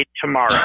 tomorrow